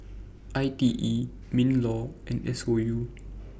I T E MINLAW and S O U